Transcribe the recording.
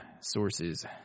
sources